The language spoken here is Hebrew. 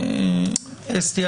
אסתי,